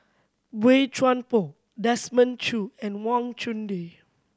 Boey Chuan Poh Desmond Choo and Wang Chunde